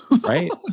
right